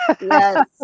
Yes